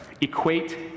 equate